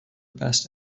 best